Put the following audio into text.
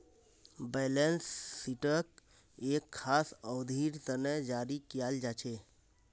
balance शीटक एक खास अवधिर तने जारी कियाल जा छे